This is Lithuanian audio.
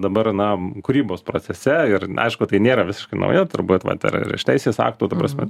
dabar na kūrybos procese ir aišku tai nėra visiškai nauja turbūt vat ir ir aš teisės aktų ta prasme